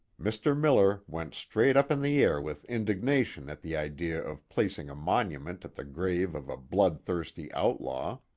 mr. miller went straight up in the air with indignation at the idea of placing a monument at the grave of a blood-thirsty outlaw.